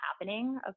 happening